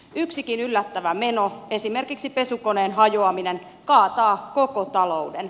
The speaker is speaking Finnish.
yksikin yllättävä meno esimerkiksi pesukoneen hajoaminen kaataa koko talouden